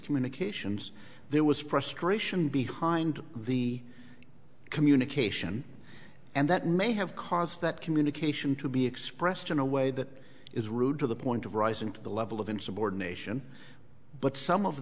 communications there was frustration behind the communication and that may have caused that communication to be expressed in a way that is rude to the point of rising to the level of insubordination but some of